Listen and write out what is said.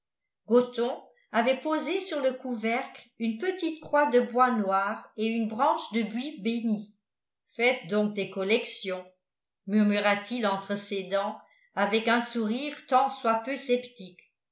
gothon avait posé sur le couvercle une petite croix de bois noir et une branche de buis béni faites donc des collections murmura-t-il entre ses dents avec un sourire tant soit peu sceptique